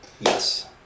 yes